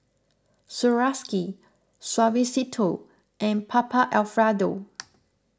Swarovski Suavecito and Papa Alfredo